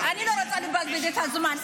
אני לא רוצה לבזבז את הזמן.